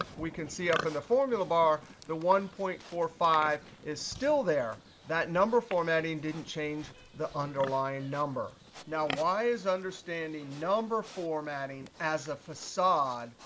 we can see up in the formula bar the one point four five is still there. that number formatting didn't change the underlying number. now, why is understanding number formatting as a facade,